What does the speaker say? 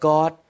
God